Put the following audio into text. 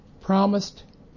promised